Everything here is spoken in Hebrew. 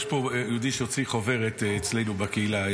יש יהודי שהוציא חוברת אצלנו בקהילה,